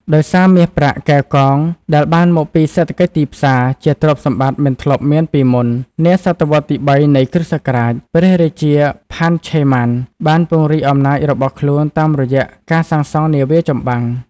ដោយសារ មាស ប្រាក់ កែវកង ដែលបានមកពី សេដ្ឋកិច្ចទីផ្សារ ជាទ្រព្យសម្បត្តិមិនធ្លាប់មានពីមុន នាសតវត្សរ៍ទី៣ នៃគ្រិស្តសករាជ ព្រះរាជា ផាន ឆេ ម៉ាន បានពង្រីកអំណាចរបស់ខ្លួនតាមរយៈការសាងសង់នាវាចម្បាំង។